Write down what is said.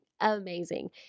amazing